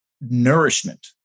nourishment